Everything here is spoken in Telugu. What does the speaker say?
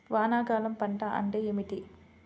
వానాకాలం పంట అంటే ఏమిటి?